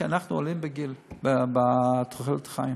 כי אנחנו עולים בתוחלת החיים.